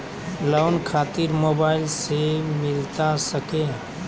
Loan खातिर mobile से मिलता सके?